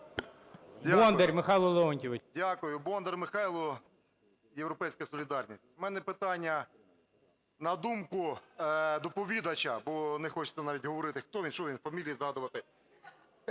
Бондар Михайло Леонтійович.